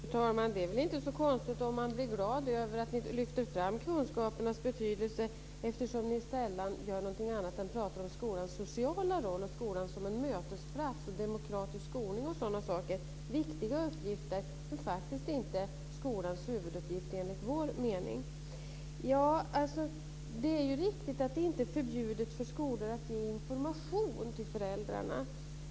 Fru talman! Det är väl inte så konstigt om man blir glad över att ni lyfter fram kunskapernas betydelse, eftersom ni sällan gör någonting annat än pratar om skolans sociala roll, skolan som en mötesplats, demokratisk skolning och sådana saker. Det är viktiga uppgifter, men faktiskt inte skolans huvuduppgifter enligt vår mening. Det är riktigt att det inte är förbjudet för skolorna att ge information till föräldrarna.